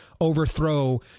overthrow